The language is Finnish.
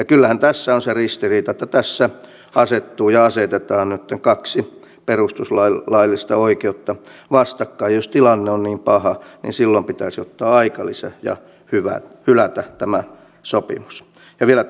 kyllähän tässä on se ristiriita että tässä asettuu ja asetetaan nytten kaksi perustuslaillista oikeutta vastakkain ja jos tilanne on niin paha silloin pitäisi ottaa aikalisä ja hylätä tämä sopimus ja vielä